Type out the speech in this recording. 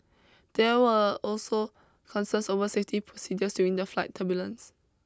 there were also concerns over safety procedures during the flight turbulence